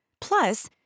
Plus